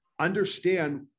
understand